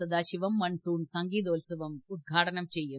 Sadasivam monsoon സംഗീതോത്സവം ഉദ്ഘാടനം ചെയ്യും